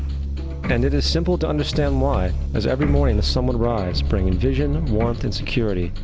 and it is simple to understand why as every morning the sun would rise, bringing vision, warmth, and security,